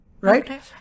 Right